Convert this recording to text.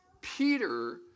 Peter